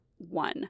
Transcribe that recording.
one